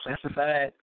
Classified